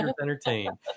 entertained